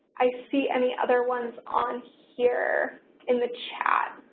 i see any other ones on here in the chat.